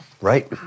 right